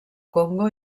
congo